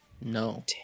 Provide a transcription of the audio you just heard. No